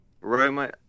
Roma